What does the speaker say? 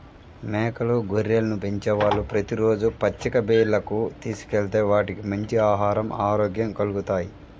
మేకలు, గొర్రెలను పెంచేవాళ్ళు ప్రతి రోజూ పచ్చిక బీల్లకు తీసుకెళ్తే వాటికి మంచి ఆహరం, ఆరోగ్యం కల్గుతాయి